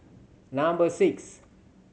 number six